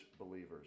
believers